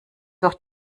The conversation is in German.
durch